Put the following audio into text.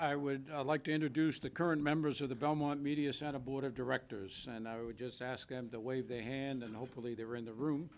i would like to introduce the current members of the belmont media center board of directors and i would just ask them to waive their hand and hopefully they were in the room